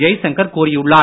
ஜெய்சங்கர் கூறியுள்ளார்